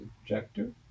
objector